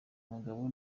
mugabo